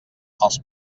els